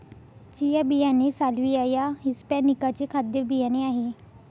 chia बियाणे Salvia या hispanica चे खाद्य बियाणे आहे